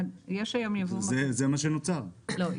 לא.